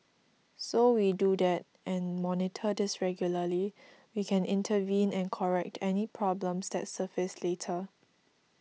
so we do that and monitor this regularly we can intervene and correct any problems that surface later